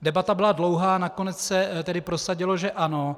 Debata byla dlouhá a nakonec se prosadilo, že ano.